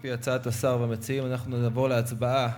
על-פי הצעת השר והמציעים אנחנו נעבור להצבעה.